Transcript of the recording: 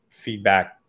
feedback